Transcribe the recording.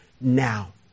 now